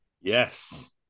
Yes